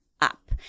up